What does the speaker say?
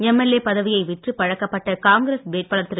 MLA பதவியை விற்றுப் பழக்கப்பட்ட காங்கிரஸ் வேட்பாளர் திரு